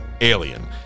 Alien